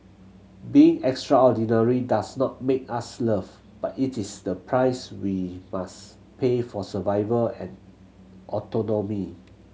being extraordinary does not make us loved but it is the price we must pay for survival and autonomy